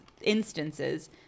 instances